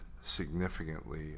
significantly